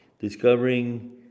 discovering